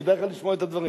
כדאי לך לשמוע את הדברים.